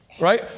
right